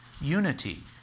unity